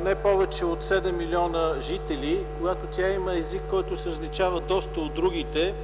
не повече от 7 милиона жители, когато тя има език, който се различава доста от другите,